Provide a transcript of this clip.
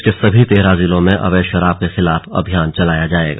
प्रदेश के सभी तेरह जिलों में अर्वेध शराब के खिलाफ अभियान चलाया जाएगा